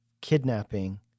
kidnapping